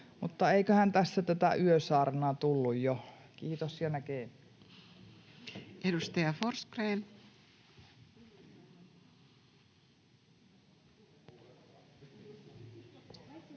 Eiköhän tässä tätä yösaarnaa tullut jo. Kiitos ja näkemiin.